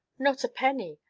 not a penny.